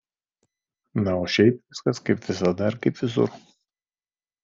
na o šiaip viskas kaip visada ir kaip visur